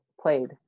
played